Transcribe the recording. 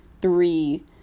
three